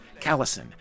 Callison